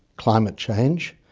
climate change,